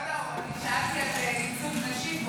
לא, שאלתי על ייצוג נשי.